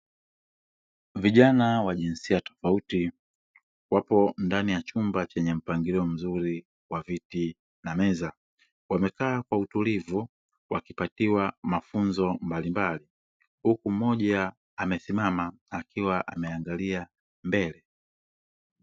Vijana wa jinsia tofauti wapo ndani ya chumba chenye mpangilio mzuri wa viti na meza, wamekaa kwa utulivu wa kipatiwa mafunzo mbalimbali huku moja amesimama akiwa ameangalia mbele.